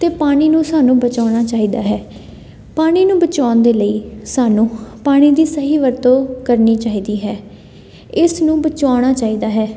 ਅਤੇ ਪਾਣੀ ਨੂੰ ਸਾਨੂੰ ਬਚਾਉਣਾ ਚਾਹੀਦਾ ਹੈ ਪਾਣੀ ਨੂੰ ਬਚਾਉਣ ਦੇ ਲਈ ਸਾਨੂੰ ਪਾਣੀ ਦੀ ਸਹੀ ਵਰਤੋਂ ਕਰਨੀ ਚਾਹੀਦੀ ਹੈ ਇਸ ਨੂੰ ਬਚਾਉਣਾ ਚਾਹੀਦਾ ਹੈ